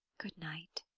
good night,